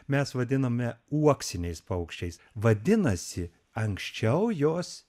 mes vadiname uoksiniais paukščiais vadinasi anksčiau jos